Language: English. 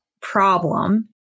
problem